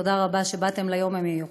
תודה רבה שבאתם ליום המיוחד.